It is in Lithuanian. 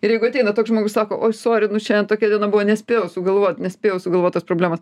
ir jeigu ateina toks žmogus sako oi sori nu šiandien tokia diena buvo nespėjau sugalvot nespėjau sugalvot tos problemos